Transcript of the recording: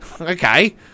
okay